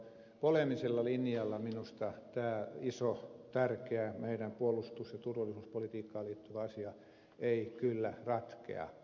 poleemisella linjalla minusta tämä iso tärkeä meidän puolustus ja turvallisuuspolitiikkaamme liittyvä asia ei kyllä ratkea